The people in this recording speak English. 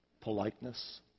politeness